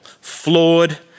flawed